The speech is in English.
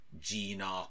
Gina